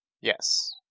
Yes